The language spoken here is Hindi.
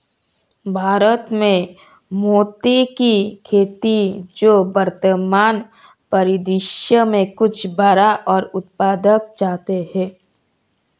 भारत में मोती की खेती जो वर्तमान परिदृश्य में कुछ बड़ा और उत्पादक चाहते हैं